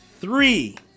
three